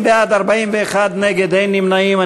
30 בעד, 41 נגד, אין נמנעים.